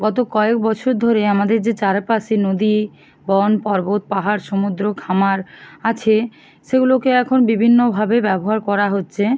গত কয়েক বছর ধরে আমাদের যে চারপাশে নদী বন পর্বত পাহাড় সমুদ্র খামার আছে সেগুলোকে এখন বিভিন্নভাবে ব্যবহার করা হচ্ছে